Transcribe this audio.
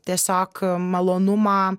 tiesiog malonumą